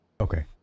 Okay